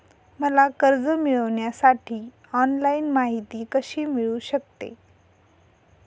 मला कर्ज मिळविण्यासाठी ऑनलाइन माहिती कशी मिळू शकते?